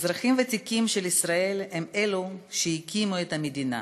האזרחים הוותיקים של ישראל הם אלו שהקימו את המדינה,